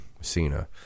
Cena